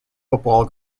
football